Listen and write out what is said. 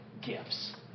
gifts